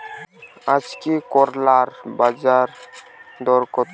আজকে করলার বাজারদর কত?